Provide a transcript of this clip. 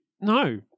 No